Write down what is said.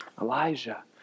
Elijah